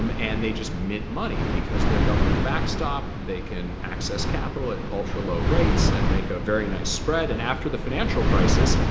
um and they just mint money, because their government backstop. they can access capital at ultra low rates and make a very nice spread. and after the financial crisis,